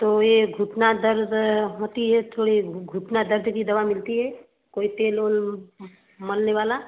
तो यह घुटना दर्द होता है थोड़ी घुटना दर्द की दवा मिलती है कोई तेल वेल मलने वाला